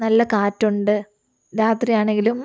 നല്ല കാറ്റുണ്ട് രാത്രിയാണേലും